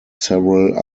several